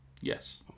Yes